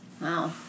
Wow